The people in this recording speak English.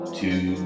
two